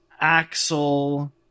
Axel